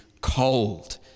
cold